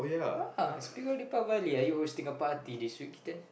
ya speaking of deepavali are you hosting a party this weekend